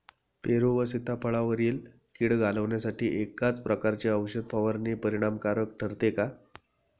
पेरू व सीताफळावरील कीड घालवण्यासाठी एकाच प्रकारची औषध फवारणी परिणामकारक ठरते का?